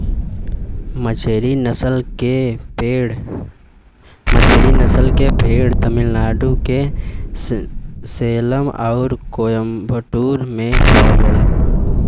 मचेरी नसल के भेड़ तमिलनाडु के सेलम आउर कोयम्बटूर में पावल जाला